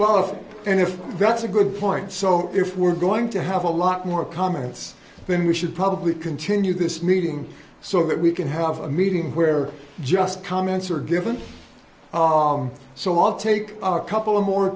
off and if that's a good point so if we're going to have a lot more comments then we should probably continue this meeting so that we can have a meeting where just comments are given so i'll take a couple of more